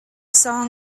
song